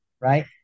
right